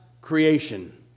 creation